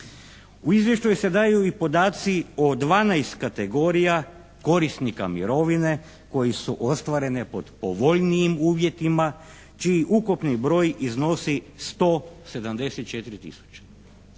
U izvještaju se daju i podaci o 12 kategorija korisnika mirovine koje su ostvarene pod povoljnijim uvjetima, čiji ukupni broj iznosi 174 tisuće.